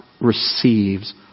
receives